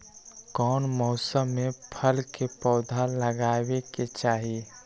कौन मौसम में फल के पौधा लगाबे के चाहि?